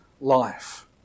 life